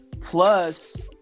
plus